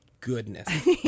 goodness